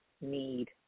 need